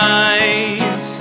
eyes